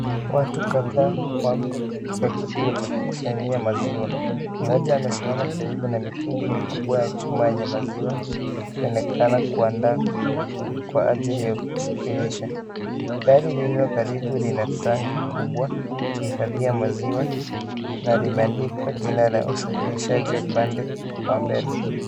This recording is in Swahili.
Watu kadhaa, wako katika kituo cha kukusanyia maziwa, mmoja amesimama karibu na mitungi mikubwa yenye maziwa, akionekana kuandaa, kwa ajili ya kusafirisha, gari lililokaribu lina tangi kubwa, ya kuhifathia maziwa, na limeandikwa jina la usafirishaji, upande, wa mbele.